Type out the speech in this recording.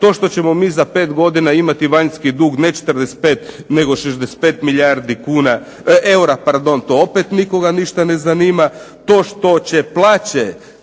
To što ćemo mi za 5 godina imati vanjski dug ne 45 nego 65 milijardi eura to opet nikoga ništa ne zanima. To što će plaće